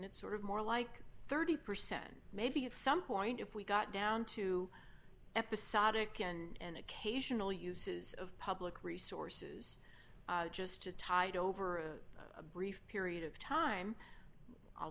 it's sort of more like thirty percent maybe at some point if we got down to episodic and occasional uses of public resources just to tide over a brief period of time i'll